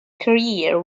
career